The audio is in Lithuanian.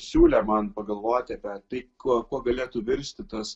siūlė man pagalvoti apie tai kuo galėtų virsti tas